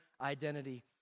identity